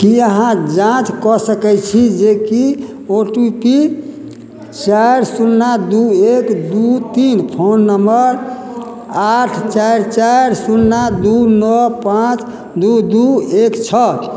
कि अहाँ जाँच कऽ सकैत छी जे कि ओ टी पी चारि सुन्ना दू एक दू तीन फोन नंबर आठ चारि चारि सुन्ना दू नओ पाँच दू दू एक छओ